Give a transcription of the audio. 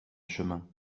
chemin